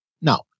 No